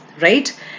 right